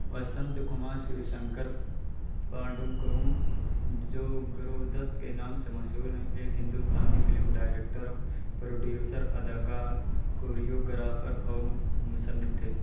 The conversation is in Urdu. وسنت کمار سیو شنکر پاڈوں کون جو گرودت کے نام سے مشہور ہیں ایک ہندوستانی فلم ڈائریکٹر پروڈیوسر اداکار کوریوگرافر اور مصنف تھے